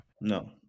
No